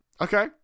okay